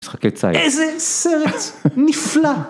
משחק יצא איזה סרט נפלא.